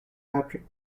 patrick